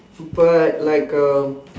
but like a